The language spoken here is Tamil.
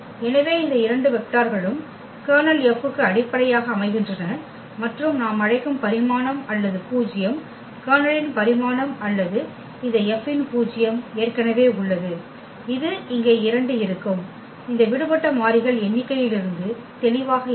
எனவே இந்த இரண்டு வெக்டார்களும் கர்னல் F க்கு அடிப்படையாக அமைகின்றன மற்றும் நாம் அழைக்கும் பரிமாணம் அல்லது பூஜ்யம் கர்னலின் பரிமாணம் அல்லது இந்த F இன் பூஜ்யம் ஏற்கனவே உள்ளது இது இங்கே இரண்டு இருக்கும் இந்த விடுபட்ட மாறிகள் எண்ணிக்கையிலிருந்து தெளிவாக இருந்தது